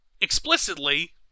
Explicitly